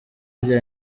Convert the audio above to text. rya